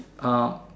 err